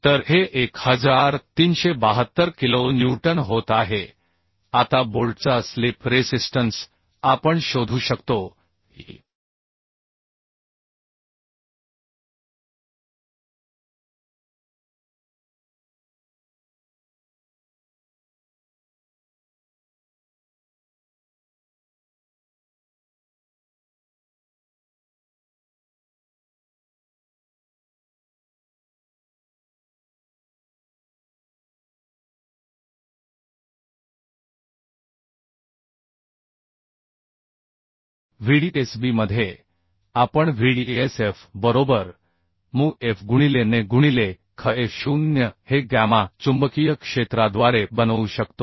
तर हे 1372 kilo newton होत आहे आता बोल्टचा स्लिप रेसिस्टन्स आपण शोधू शकतो की vdsb मध्ये आपण Vdsf बरोबर mu f गुणिले ने गुणिले Kh F0 हे गॅमा चुंबकीय क्षेत्राद्वारे बनवू शकतो